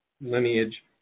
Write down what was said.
lineage